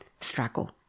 struggle